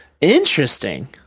Interesting